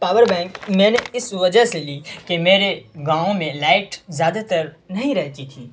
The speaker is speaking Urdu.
پاور بینک میں اس وجہ سے لی کہ میرے گاؤں میں لائٹ زیادہ تر نہیں رہتی تھی